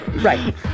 Right